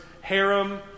harem